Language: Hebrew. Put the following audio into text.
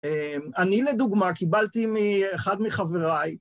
אה.. אני לדוגמא קיבלתי מ..אחד מחבריי